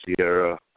Sierra